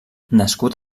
nascut